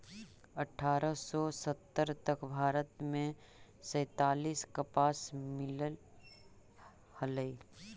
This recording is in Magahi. अट्ठारह सौ सत्तर तक भारत में सैंतालीस कपास मिल हलई